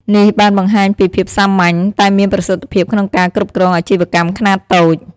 នេះបានបង្ហាញពីភាពសាមញ្ញតែមានប្រសិទ្ធភាពក្នុងការគ្រប់គ្រងអាជីវកម្មខ្នាតតូច។